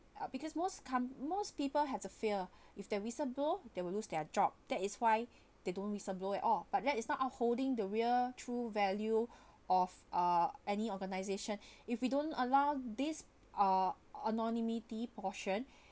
uh because most com~ most people have a fear if they whistleblow they will lose their job that is why they don't whistleblow at all but that is not upholding the real true value of uh any organization if we don't allow this uh anonymity portion